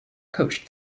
coached